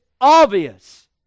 obvious